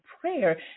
prayer